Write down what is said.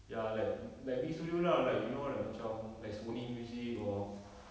ya like like big studio lah like you know like macam like sony music or